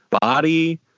body